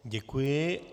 Děkuji.